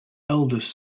eldest